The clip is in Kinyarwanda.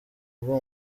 rwo